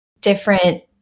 different